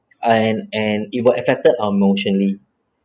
and and it will affected our emotionally